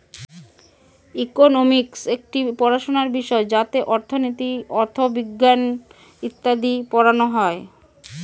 economics একটি পড়াশোনার বিষয় যাতে অর্থনীতি, অথবিজ্ঞান ইত্যাদি পড়ানো হয়